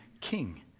king